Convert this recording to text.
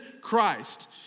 Christ